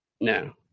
No